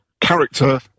character